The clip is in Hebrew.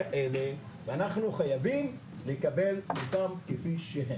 ואנחנו חייבים לקבל אותם כפי שהם.